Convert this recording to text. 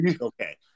okay